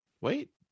wait